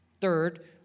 Third